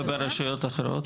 וברשויות אחרות?